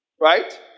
Right